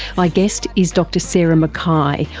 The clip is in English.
my guest is dr sarah mckay,